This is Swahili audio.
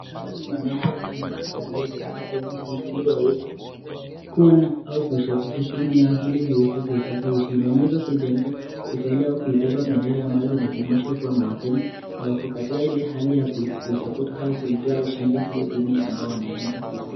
Hawa ni wanainchi ambao wameweza kuhudhuria katika sehemu hii, ili waweze kua na ama kudhabikia timu yao iweze kuipata ushindi, wameeza kubende, kuivalia au kuibeba bendera ambayo zinajumuidha kuwa ni waKenya, na wako katika ile hali ya kuisupport(cs), au kuipea ushindi ile timu ya ambao wanaenda kuisai.